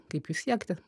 kaip jų siekti